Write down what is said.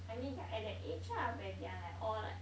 I mean they're at that age lah where they are like all like